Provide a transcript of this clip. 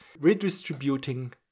redistributing